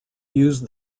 used